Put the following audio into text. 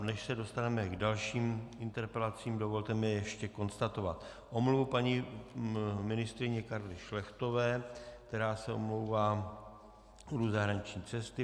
Než se dostaneme k dalším interpelacím, dovolte mi ještě konstatovat omluvu paní ministryně Karly Šlechtové, která se omlouvá z důvodu zahraniční cesty.